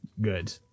Good